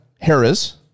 Harris